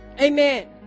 Amen